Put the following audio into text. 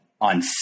on